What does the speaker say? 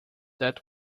that